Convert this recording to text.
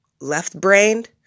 left-brained